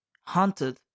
haunted